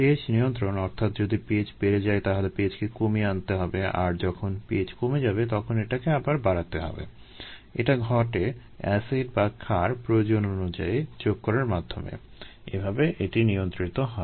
pH এর নিয়ন্ত্রণ অর্থাৎ যদি pH বেড়ে যায় তাহলে pH কে কমিয়ে আনতে হবে আর যখন pH কমে যাবে তখন এটাকে আবার বাড়াতে হবে এটা ঘটে এসিড বা ক্ষার প্রয়োজন অনুযায়ী যোগ করার মাধ্যমে এভাবে এটি নিয়ন্ত্রিত হয়